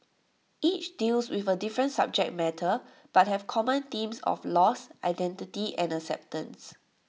each deals with A different subject matter but have common themes of loss identity and acceptance